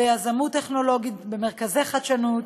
ליזמות טכנולוגית במרכזי חדשנות,